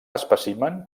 espècimen